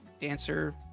dancer